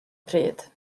pryd